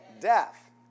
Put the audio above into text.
Death